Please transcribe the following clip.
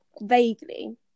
vaguely